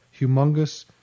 humongous